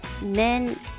Men